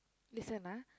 listen ah